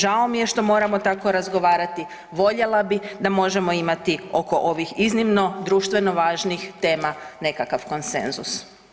Žao mi je što moramo tako razgovarati, voljela bi da možemo imati oko ovih iznimno društveno važnih tema nekakav konsenzus.